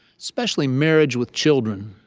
especially marriage with children.